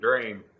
dream